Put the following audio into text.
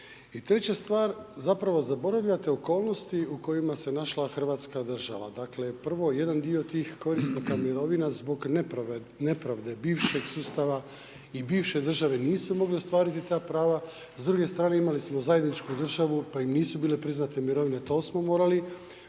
treća stvar, zapravo zaboravljate okolnosti u kojima se našla Hrvatska država. Dakle prvo jedan dio tih korisnika mirovina zbog nepravde bivšeg sustava i bivše države nisu mogli ostvariti ta prava. S druge strane imali smo zajedničku državu pa im nisu bile priznate mirovine, to smo morali